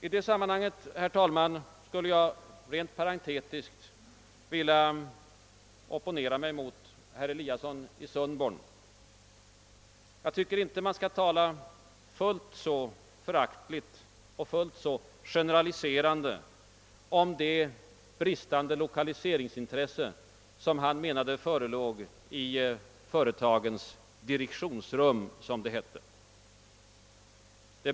I det sammanhanget skulle jag, herr talman, rent parentetiskt vilja opponera mig mot herr Eliasson i Sundborn. Jag tycker inte att man skall tala fullt så föraktligt och generaliserande om det bristande lokaliseringsintresse, som han ansåg föreligga i företagens »direktionsrum», som han uttryckte det.